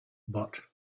but